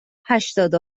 هشتاد